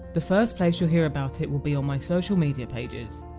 the first place you'll hear about it will be on my social media pages.